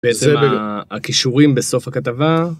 הקישורים בסוף הכתבה.